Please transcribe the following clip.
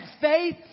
faith